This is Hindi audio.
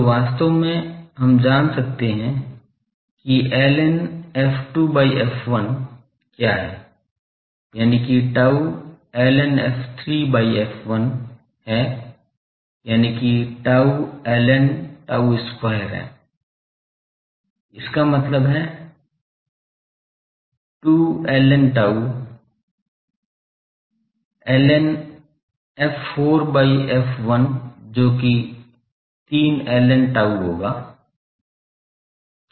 तो वास्तव में हम जान सकते हैं कि ln f2 by f1 क्या है यानि कि tau ln f3 by f1 है यानि कि tau ln tau square है इसका मतलब है 2 ln tau ln f4 by f1 जो कि 3 ln tau होगा